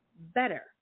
better